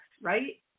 right